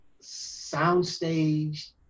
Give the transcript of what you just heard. soundstage